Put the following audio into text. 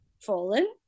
fallen